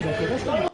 אשמח לשמוע.